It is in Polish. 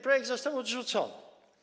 Projekt ten został odrzucony.